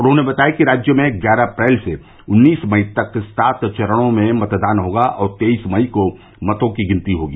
उन्होंने बताया कि राज्य में ग्यारह अप्रैल से उन्नीस मई तक सात चरणों में मतदान होगा और तेइस मई को मतों की गिनती होगी